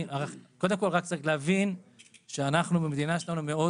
צריך להבין שבמדינה שלנו אנחנו מאוד